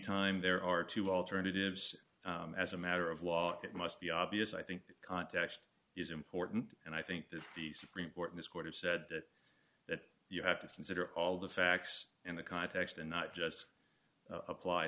time there are two alternatives as a matter of law it must be obvious i think context is important and i think that the supreme court has said that that you have to consider all the facts in the context and not just apply